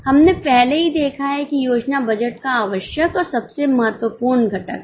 हमने पहले ही देखा कि योजना बजट का आवश्यक और सबसे महत्वपूर्ण घटक है